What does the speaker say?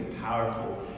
powerful